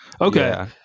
Okay